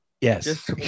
yes